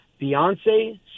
Beyonce